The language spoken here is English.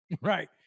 right